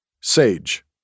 Sage